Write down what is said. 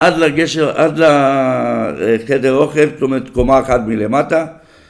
עד לגשר, לחדר אוכל, זאת אומרת קומה אחת מלמטה